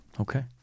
Okay